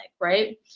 Right